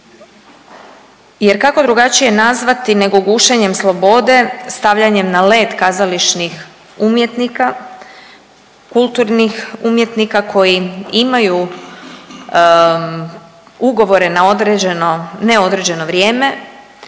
Jer kako drugačije nazvati nego gušenjem slobode stavljanjem na led kazališnih umjetnika, kulturnih umjetnika koji imaju ugovore na neodređeno vrijeme,